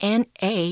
na